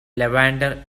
levanter